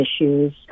issues